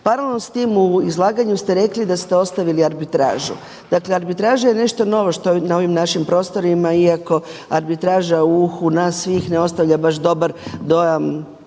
Paralelno s tim u izlaganju ste rekli da ste ostavili arbitražu. Dakle, arbitraža je nešto novo što je novo na ovim našim prostorima iako arbitraža u uhu svih ne ostavlja baš dobar dojam